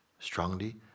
Strongly